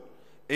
שהחוק,